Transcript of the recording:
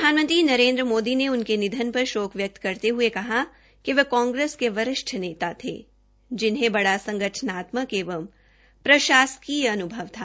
प्रधानमंत्री नरेन्द्र मोदी ने उनके निधन पर शोक व्यक्त करते हये कहा कि वे कांग्रेस के वरिष्ठ नेता थे जिन्हें बड़ा संगठनात्मक एवं प्रशासकीय अनुभव था